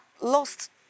lost